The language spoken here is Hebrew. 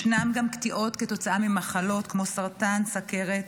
ישנן גם קטיעות כתוצאה ממחלות, כמו סרטן וסוכרת,